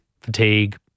fatigue